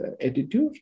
attitude